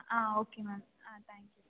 ஆ okay ma'am ஆ thank you